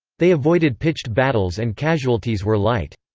they avoided pitched battles and casualties were light.